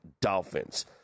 Dolphins